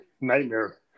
nightmare